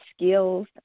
skills